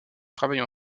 travaille